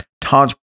Todd's